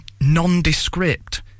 nondescript